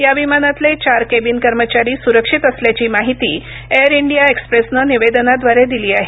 या विमानातले चार केबिन कर्मचारी सुरक्षित असल्याची माहिती एअर इंडिया एक्सप्रेसनं निवेदनाद्वारे दिली आहे